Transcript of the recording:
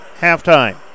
halftime